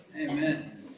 Amen